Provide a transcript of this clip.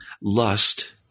Lust